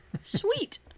Sweet